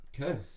okay